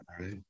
right